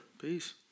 peace